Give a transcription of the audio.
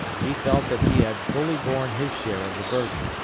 he felt that he had fully borne his share of the burden,